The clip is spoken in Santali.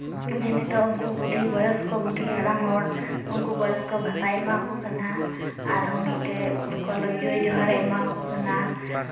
ᱡᱮ ᱱᱤᱛᱳᱜ ᱩᱝᱠᱩ ᱵᱩᱰᱷᱤ ᱵᱚᱭᱚᱥ ᱠᱚ ᱵᱩᱰᱷᱤ ᱦᱟᱲᱟᱢ ᱦᱚᱲ ᱩᱝᱠᱩ ᱵᱚᱭᱚᱥᱠᱚ ᱵᱷᱟᱛᱟᱭ ᱮᱢᱟᱣᱠᱚ ᱠᱟᱱᱟ ᱟᱨᱦᱚᱸ ᱢᱤᱫᱴᱮᱱ ᱯᱨᱚᱠᱞᱯᱚ ᱡᱚᱭ ᱡᱚᱦᱟᱨᱮᱭ ᱮᱢᱟᱣᱟᱠᱚ ᱠᱟᱱᱟ